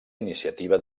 iniciativa